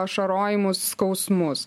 ašarojimus skausmus